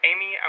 Amy